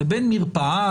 לבין מרפאה,